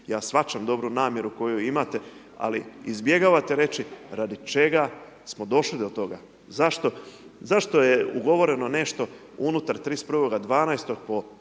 ja shvaćam dobru namjeru koju imate ali izbjegavate reći radi čega smo došli do toga. Zašto, zašto je ugovoreno nešto unutar 31.12. po